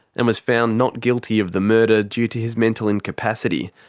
and was found not guilty of the murder due to his mental incapacity.